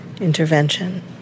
intervention